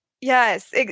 Yes